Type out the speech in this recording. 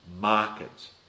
markets